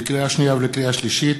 לקריאה שנייה ולקריאה שלישית: